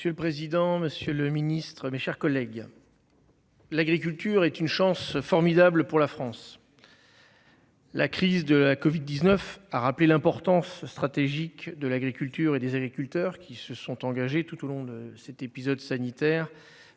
Monsieur le président, Monsieur le Ministre, mes chers collègues. L'agriculture est une chance formidable pour la France. La crise de la Covid 19, a rappelé l'importance stratégique de l'agriculture et des agriculteurs qui se sont engagés, tout au long de cet épisode sanitaire.